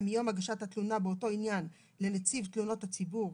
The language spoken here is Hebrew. מיום הגשת התלונה באותו העניין לנציב תלונות הציבור,